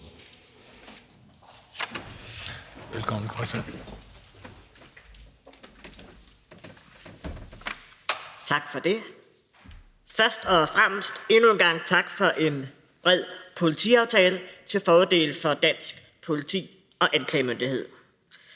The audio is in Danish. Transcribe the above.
Hegaard (RV): Tak for det. Først og fremmest endnu en gang tak for en bred politiaftale til fordel for dansk politi og anklagemyndighed.